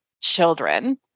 children